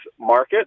market